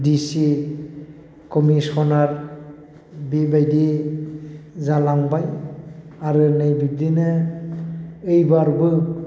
दि C commissioner बेबायदि जालांबाय आरो नै बिब्दिनो ओइबारबो